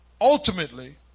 Ultimately